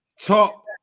Top